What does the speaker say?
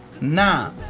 nah